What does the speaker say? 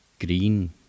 green